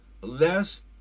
less